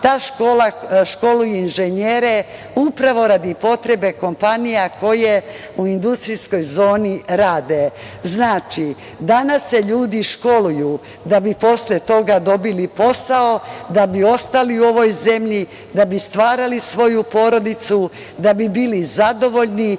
Ta škola školuje inženjere, upravo radi potrebe kompanija koje u industrijskoj zoni rade. Znači, danas se ljudi školuju da bi posle toga dobili posao, da bi ostali u ovoj zemlji, da bi stvarali svoju porodicu, da bi bili zadovoljni,